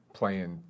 playing